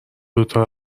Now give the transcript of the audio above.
دوتا